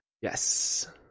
Yes